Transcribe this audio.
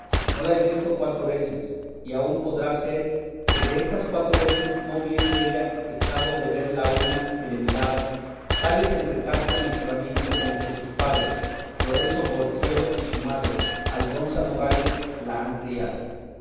no la he visto cuatro veces y aun podrá ser que destas cuatro veces no hubiese ella echado de ver la una que la miraba tal es el recato y encerramiento con que sus padres lorenzo corchuelo y su madre aldonza nogales la han criado